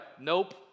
nope